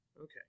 Okay